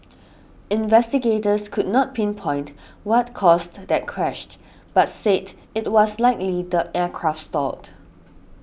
investigators could not pinpoint what caused that crashed but said it was likely the aircraft stalled